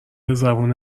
زبون